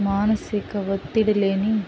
మానసిక ఒత్తిడి లేని